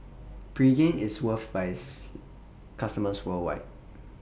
Pregain IS loved By its customers worldwide